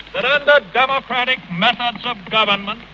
but and democratic methods of government,